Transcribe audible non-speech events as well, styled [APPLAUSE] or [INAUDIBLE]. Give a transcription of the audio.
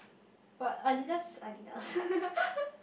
but Adidas Adidas [LAUGHS]